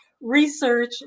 research